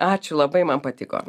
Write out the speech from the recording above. ačiū labai man patiko